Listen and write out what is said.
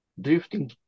drifting